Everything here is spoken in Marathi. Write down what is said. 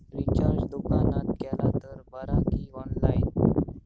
रिचार्ज दुकानात केला तर बरा की ऑनलाइन?